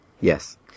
Yes